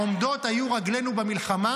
עומדות היו רגלינו במלחמה,